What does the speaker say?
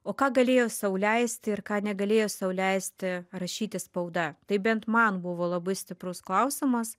o ką galėjo sau leisti ir ką negalėjo sau leisti rašyti spauda tai bent man buvo labai stiprus klausimas